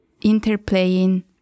interplaying